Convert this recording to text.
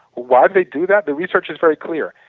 why do they do that. the research is very clear.